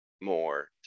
more